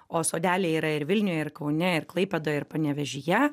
o sodeliai yra ir vilniuje ir kaune ir klaipėdoje ir panevėžyje